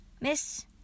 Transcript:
Miss